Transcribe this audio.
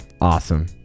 awesome